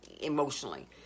emotionally